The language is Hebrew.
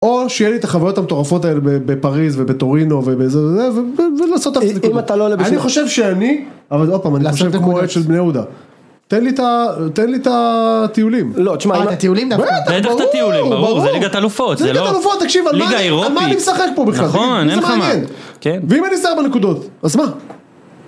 או שיהיה לי את החוויות המטורפות האלה בפריז ובטורינו ובאיזה וזה ולעשות את זה. אם אתה לא עולה בשביל זה. אני חושב שאני, אבל עוד פעם, אני חושב כמו אוהד של בני יהודה. תן לי את הטיולים. לא, תשמע, הטיולים נכון. בטח, ברור, ברור, זה ליגת האלופות. זה ליגת האלופות, תקשיב, על מה אני משחק פה בכלל? נכון, אין לך מה. כן. ואם אני אעשה ארבע נקודות, אז מה?